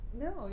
no